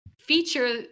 feature